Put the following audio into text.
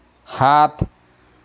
সাত